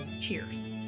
Cheers